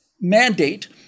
mandate